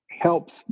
helps